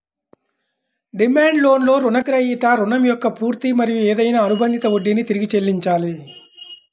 demand లోన్లో రుణగ్రహీత రుణం యొక్క పూర్తి మరియు ఏదైనా అనుబంధిత వడ్డీని తిరిగి చెల్లించాలి